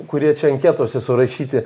kurie čia anketose surašyti